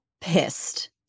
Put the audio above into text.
pissed